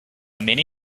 many